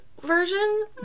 Version